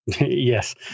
Yes